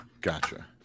Gotcha